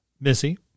Missy